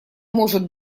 может